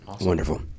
Wonderful